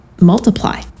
multiply